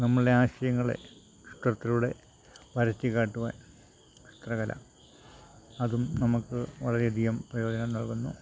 നമ്മളുടെ ആശയങ്ങളെ ചിത്രത്തിലൂടെ വരച്ച് കാട്ടുവാൻ ചിത്രകല അതും നമുക്ക് വളരെയധികം പ്രയോജനം നൽകുന്നു